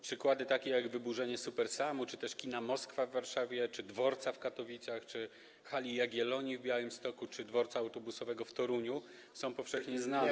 Przykłady takie jak wyburzenie supersamu czy też kina Moskwa w Warszawie, czy dworca w Katowicach, czy hali Jagiellonii w Białymstoku, czy dworca autobusowego w Toruniu są powszechnie znane.